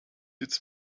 its